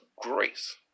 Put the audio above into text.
grace